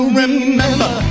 remember